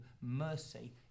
mercy